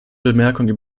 bemerkungen